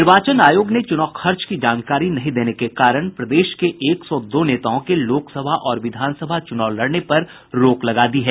निर्वाचन आयोग ने चूनाव खर्च की जानकारी नहीं देने के कारण प्रदेश के एक सौ दो नेताओं के लोकसभा और विधानसभा चुनाव लड़ने पर रोक लगा दी है